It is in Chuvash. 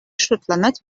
шутланать